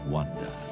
Wonder